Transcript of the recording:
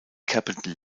capital